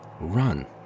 run